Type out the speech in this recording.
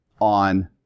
on